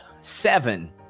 Seven